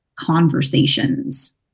conversations